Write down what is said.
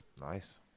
Nice